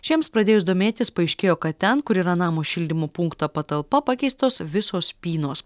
šiems pradėjus domėtis paaiškėjo kad ten kur yra namo šildymo punkto patalpa pakeistos visos spynos